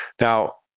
Now